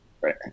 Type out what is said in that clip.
right